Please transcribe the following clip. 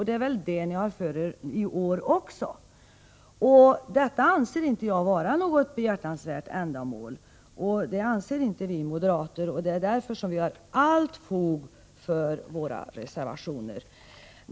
Det är väl detta ni har för er i år också, och det anser vi moderater inte vara något behjärtansvärt ändamål. Därför har vi allt fog för våra reservationer.